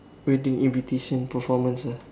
we're doing invitation performance ah